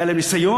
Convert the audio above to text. היה להם ניסיון,